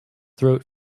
throat